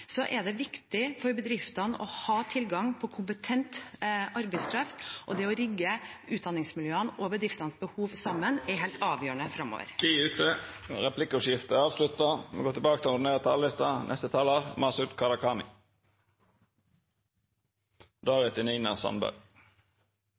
er det viktig for bedriftene å ha tilgang på kompetent arbeidskraft, og det å rigge utdanningsmiljøene og bedriftenes behov sammen er helt avgjørende framover. Replikkordskiftet er avslutta.